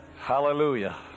Hallelujah